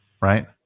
Right